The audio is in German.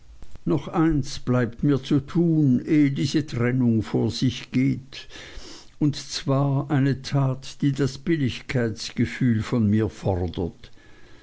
noch eins bleibt mir zu tun ehe diese trennung vor sich geht und zwar eine tat die das billigkeitsgefühl von mir fordert